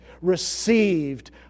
received